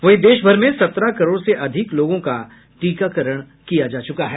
वहीं देश भर में सत्रह करोड़ से अधिक लोगों का टीकाकरण किया जा चुका है